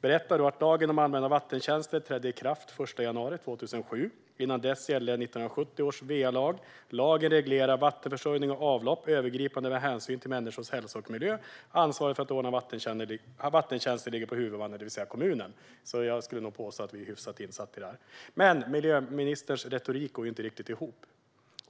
berätta att lagen om allmänna vattentjänster trädde i kraft den 1 januari 2007. Dessförinnan gällde 1970 års va-lag. Lagen reglerar vattenförsörjning och avlopp övergripande med hänsyn till människors hälsa och miljö. Ansvaret för att ordna vattentjänster ligger på huvudmannen, det vill säga kommunen. Jag skulle nog påstå att vi är hyfsat insatta i detta. Miljöministerns retorik går inte riktigt ihop.